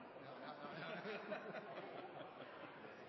i